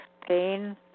pain